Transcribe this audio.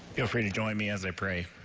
feel free to join me as i pray.